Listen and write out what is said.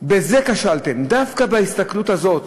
בזה כשלתם, דווקא בהסתכלות הזאת,